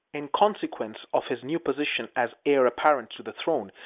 in consequence of his new position as heir-apparent to the throne,